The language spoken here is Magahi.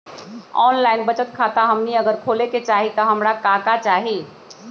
ऑनलाइन बचत खाता हमनी अगर खोले के चाहि त हमरा का का चाहि?